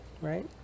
Right